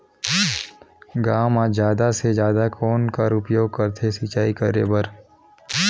गांव म जादा से जादा कौन कर उपयोग करथे सिंचाई करे बर?